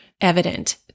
evident